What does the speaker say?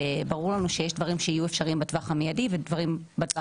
וברור לנו שיש דברים שיהיו אפשריים בטווח המידי ודברים בטווח הרחוק.